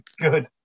Good